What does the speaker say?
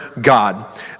God